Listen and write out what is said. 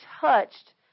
touched